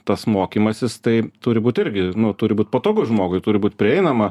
tas mokymasis tai turi būti irgi nu turi būt patogu žmogui turi būt prieinama